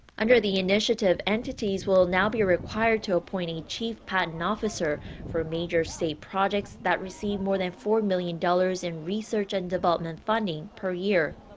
under the initiative, entities will now be required to appoint a chief patent officer for major state projects that received more than four million dollars in research and development funding per year.